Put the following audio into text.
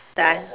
done